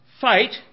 fight